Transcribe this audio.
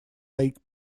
take